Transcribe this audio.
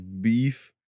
beef